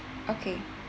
okay